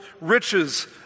riches